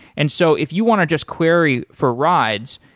and so if you want to just query for rides,